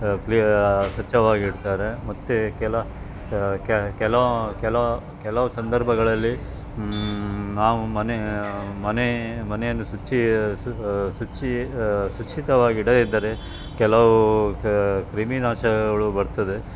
ಕ್ಲಿಯ ಸ್ವಚ್ಛವಾಗಿಡ್ತಾರೆ ಮತ್ತು ಕೆಲ ಕೆಲವು ಕೆಲವು ಕೆಲವು ಸಂದರ್ಭಗಳಲ್ಲಿ ನಾವು ಮನೆ ಮನೆ ಮನೆಯನ್ನು ಶುಚಿ ಸು ಶುಚಿ ಶುಚಿಯಾಗಿ ಇಡದಿದ್ದರೆ ಕೆಲವು ಕ್ರಿಮಿನಾಶಕಗಳು ಬರ್ತದೆ